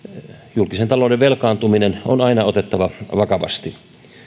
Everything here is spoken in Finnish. julkisen talouden velkaantuminen on aina otettava vakavasti